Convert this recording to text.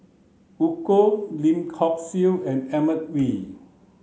Eu Kong Lim Hock Siew and Edmund Wee